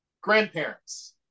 grandparents